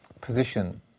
position